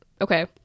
okay